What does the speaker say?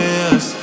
yes